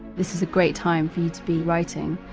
this is a great time for you to be writing.